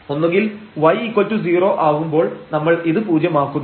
ഒന്നുകിൽ y0 ആവുമ്പോൾ നമ്മൾ ഇത് പൂജ്യമാക്കുന്നു